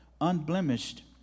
unblemished